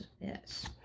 Yes